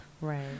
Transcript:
right